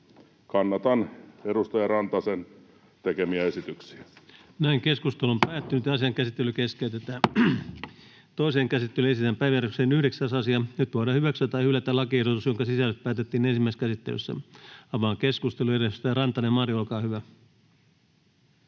Kannatan edustaja Rantasen tekemiä esityksiä. Toiseen käsittelyyn esitellään päiväjärjestyksen 9. asia. Nyt voidaan hyväksyä tai hylätä lakiehdotus, jonka sisällöstä päätettiin ensimmäisessä käsittelyssä. — Avaan keskustelun. Edustaja Rantanen, Mari, olkaa hyvä.